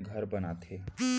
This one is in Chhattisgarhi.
बर घर बनाथे